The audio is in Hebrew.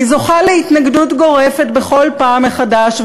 היא זוכה להתנגדות גורפת בכל פעם מחדש,